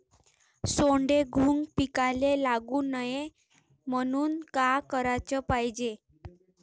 सोंडे, घुंग पिकाले लागू नये म्हनून का कराच पायजे?